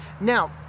now